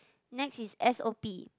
next is S_O_P